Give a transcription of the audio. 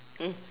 mm